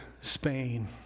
Spain